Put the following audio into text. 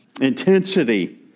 intensity